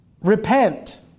repent